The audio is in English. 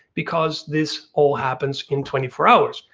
because this all happens in twenty four hours.